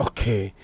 Okay